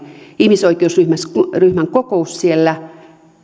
ihmisoikeusryhmän kokous siellä